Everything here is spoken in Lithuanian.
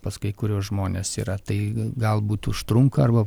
pas kai kuriuos žmones yra tai galbūt užtrunka arba